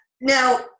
Now